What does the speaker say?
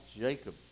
Jacob